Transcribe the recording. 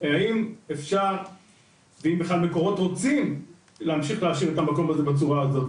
האם אפשר ואם בכלל מקורות רוצים להמשיך להשאיר את המקום הזה בצורה הזו.